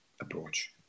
approach